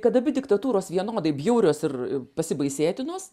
kad abi diktatūros vienodai bjaurios ir pasibaisėtinos